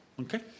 okay